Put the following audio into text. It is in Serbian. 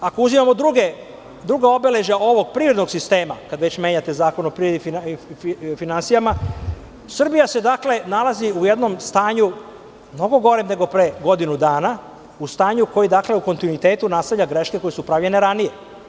Ako uzimamo drugo obeležje ovog privrednog sistema, kada već menjate Zakon o privredi i finansijama, Srbija se nalazi u jednom stanju mnogo gorem nego pre godinu dana, u stanju koje u kontinuitetu nastavlja greške koje su pravljene ranije.